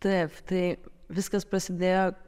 taip tai viskas prasidėjo